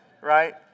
right